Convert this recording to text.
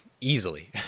easily